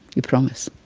you promise? a